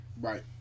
Right